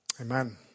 Amen